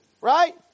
right